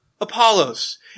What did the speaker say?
Apollos